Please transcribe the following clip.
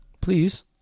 please